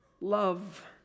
Love